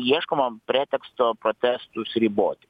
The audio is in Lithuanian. ieškoma preteksto protestus riboti